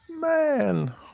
man